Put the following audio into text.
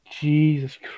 Jesus